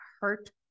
hurt